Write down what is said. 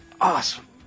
Awesome